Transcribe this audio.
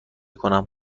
کنم